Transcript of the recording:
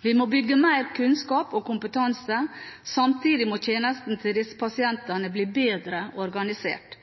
Vi må bygge mer kunnskap og kompetanse. Samtidig må tjenestene til disse pasientene bli bedre organisert.